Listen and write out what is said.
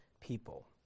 people